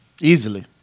Easily